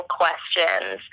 questions